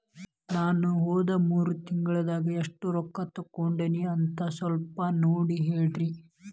ನಾ ಹೋದ ಮೂರು ತಿಂಗಳದಾಗ ಎಷ್ಟು ರೊಕ್ಕಾ ತಕ್ಕೊಂಡೇನಿ ಅಂತ ಸಲ್ಪ ನೋಡ ಹೇಳ್ರಿ